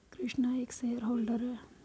कृष्णा एक shareholder है